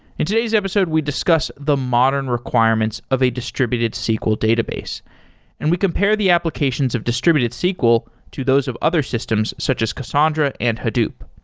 in today's episode we discuss the modern requirements of a distributed sql database and compare the applications of distributed sql to those of other systems, such as cassandra and hadoop.